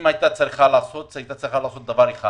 הממשלה הייתה צריכה לעשות דבר אחד